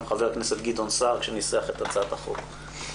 חבר הכנסת גדעון סער כשניסח את הצעת החוק.